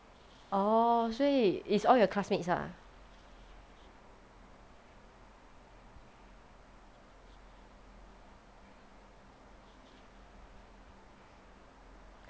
orh 所以 it's all your classmates ah